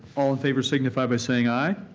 all in favor, signify by saying aye.